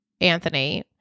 Anthony